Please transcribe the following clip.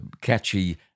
catchy